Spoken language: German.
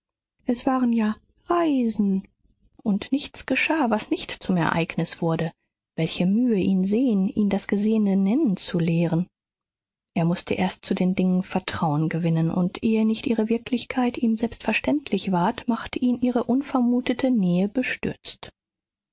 es waren ja reisen und nichts geschah was nicht zum ereignis wurde welche mühe ihn sehen ihn das gesehene nennen zu lehren er mußte erst zu den dingen vertrauen gewinnen und ehe nicht ihre wirklichkeit ihm selbstverständlich ward machte ihn ihre unvermutete nähe